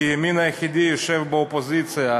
כי הימין היחיד יושב באופוזיציה.